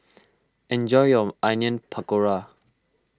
enjoy your Onion Pakora